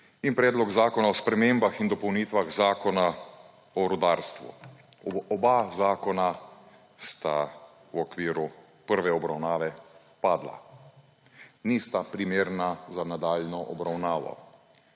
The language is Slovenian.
in Predlog zakona o spremembah in dopolnitvah Zakona o rudarstvu. Oba zakona sta v okviru prve obravnave padla. Nista primerna za nadaljnjo obravnavo,